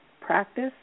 practice